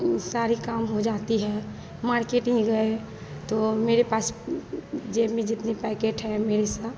ये सारे काम हो जाते हैं मार्केटिंग गए तो मेरे पास जेब में जितने पैकेट हैं मेरे सा